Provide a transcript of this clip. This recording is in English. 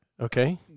Okay